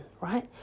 right